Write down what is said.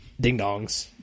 Ding-dongs